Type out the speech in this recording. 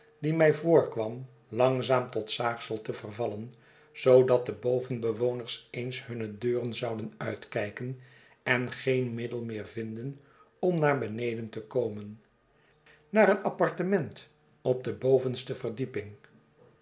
die mij voorkwam langzaam tot zaagsel te vervallen zoodat de bovenbewoners eens hunne deuren zouden uitkijken en geen middel meer vinden om haar beneden te komen naar een apartement op de bovenste verdieping